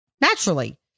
naturally